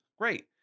great